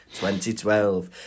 2012